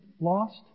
lost